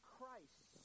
Christ